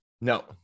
No